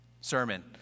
sermon